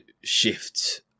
shift